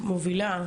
מובילה,